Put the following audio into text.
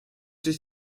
durch